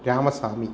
Ramaswamy